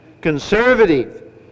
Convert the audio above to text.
conservative